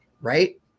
Right